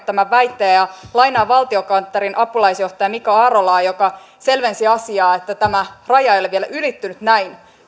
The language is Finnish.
tämän väitteen ja lainaan valtiokonttorin apulaisjohtaja mika arolaa joka selvensi asiaa että tämä raja ei ole vielä ylittynyt näin